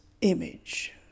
image